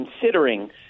considering